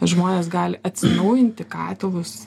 žmonės gali atsinaujinti katilus